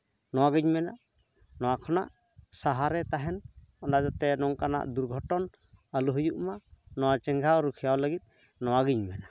ᱱᱚᱣᱟᱜᱤᱧ ᱢᱮᱱᱟ ᱱᱚᱣᱟ ᱠᱷᱚᱱᱟᱜ ᱥᱟᱦᱟ ᱨᱮ ᱛᱟᱦᱮᱱ ᱚᱱᱟ ᱠᱷᱟᱹᱛᱤᱨ ᱛᱮ ᱱᱚᱝᱠᱟᱱᱟᱜ ᱫᱩᱨᱜᱷᱚᱴᱚᱱ ᱟᱹᱞᱩ ᱦᱩᱭᱩᱜ ᱢᱟ ᱱᱚᱣᱟ ᱪᱮᱸᱜᱷᱟᱣ ᱨᱩᱠᱷᱭᱟ ᱞᱟᱹᱜᱤᱫ ᱱᱚᱣᱟᱜᱤᱧ ᱢᱮᱱᱟ